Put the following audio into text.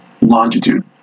longitude